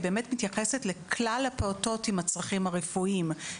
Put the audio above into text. באמת מתייחסת לכלל הפעוטות עם הצרכים הרפואיים,